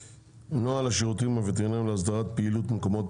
הנושא: נוהל השירותים הווטרינריים להסדרת פעילות מקומות